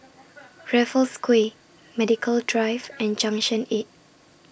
Raffles Quay Medical Drive and Junction eight